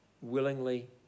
willingly